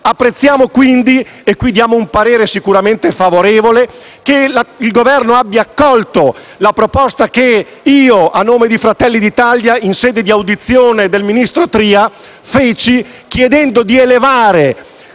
Apprezziamo quindi, esprimendo un parere sicuramente favorevole, che il Governo abbia accolto la proposta che io, a nome del Gruppo Fratelli d'Italia e in sede di audizione del ministro Tria, feci, chiedendo di elevare